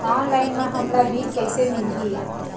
Online म हमला bill कइसे मिलही?